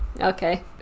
Okay